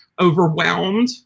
overwhelmed